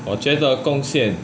我觉得贡献